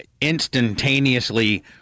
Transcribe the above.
instantaneously